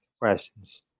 questions